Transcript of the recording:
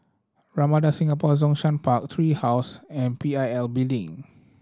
Ramada Singapore Zhongshan Park Tree House and P I L Building